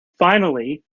finally